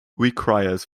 requires